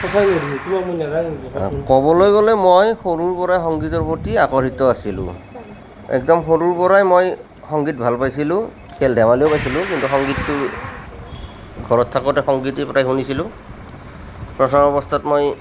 ক'বলৈ গ'লে মই সৰুৰ পৰাই সংগীতৰ প্ৰতি আকৰ্ষিত আছিলোঁ একদম সৰুৰ পৰাই মই সংগীত ভাল পাইছিলোঁ খেল ধেমালিও পাইছিলোঁ কিন্তু সংগীতটো ঘৰত থাকোঁতে সংগীতেই প্ৰায় শুনিছিলোঁ প্ৰথম অৱস্থাত মই